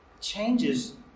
changes